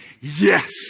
yes